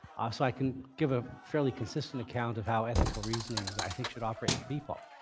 ah so i can give a fairly consistent account of how ethical reasoning i think should operate with people.